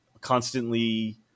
constantly